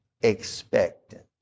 expectant